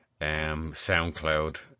soundcloud